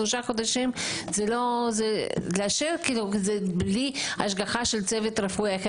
שלושה חודשים זה בלי השגחה של צוות רפואי.